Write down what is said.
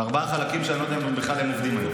לארבעה חלקים שאני לא יודע אם בכלל הם עובדים היום.